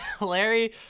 Larry